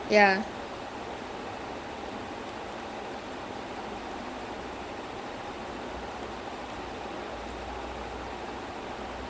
so then I pay them off then I started making my way so and then when I came back suddenly I realised அவன் கட்டி இருந்த ரெண்டு:avan katti iruntha rendu curry யுமே மீன்:yumae meen curry தான்:thaan